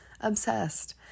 obsessed